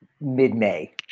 mid-may